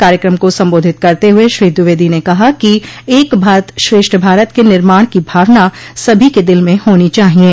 कार्यक्रम को संबोधित करते हुए श्री द्विवेदी ने कहा कि एक भारत श्रेष्ठ भारत के निर्माण की भावना सभी के दिल में होनी चाहिये